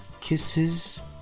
Kisses